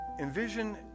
Envision